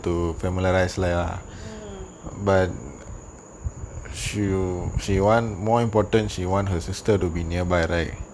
mm